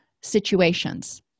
situations